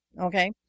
Okay